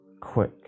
Quick